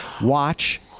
watch